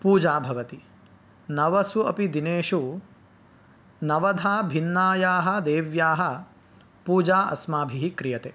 पूजा भवति नवसु अपि दिनेषु नवधा भिन्नायाः देव्याः पूजा अस्माभिः क्रियते